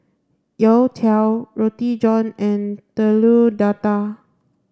Youtiao Roti John and Telur Dadah